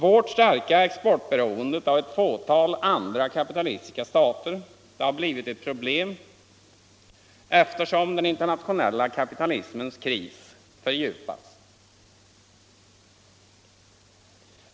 Vårt starka exportberoende av ett fåtal andra kapitalistiska stater har blivit ett problem allteftersom den internationella kapitalismens kris fördjupats.